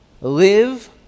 Live